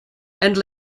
and